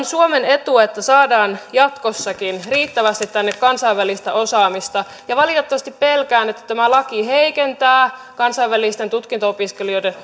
suomen etu että saadaan jatkossakin riittävästi tänne kansainvälistä osaamista valitettavasti pelkään että tämä laki heikentää kansainvälisten tutkinto opiskelijoiden